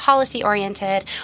Policy-oriented